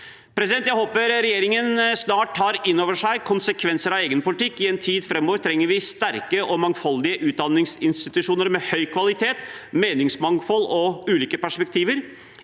Jeg håper regjeringen snart tar inn over seg konsekvensene av egen politikk. I tiden framover trenger vi sterke og mangfoldige utdanningsinstitusjoner med høy kvalitet, meningsmangfold og ulike perspektiver.